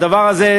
הדבר הזה,